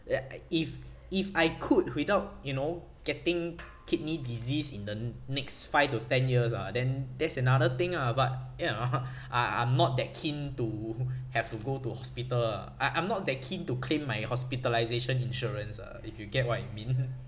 ya if if I could without you know getting kidney disease in the next five to ten years ah then that's another thing ah but you know I I'm not that keen to have to go to hospital ah I I'm not that keen to claim my hospitalisation insurance ah if you get what I mean